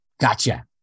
Gotcha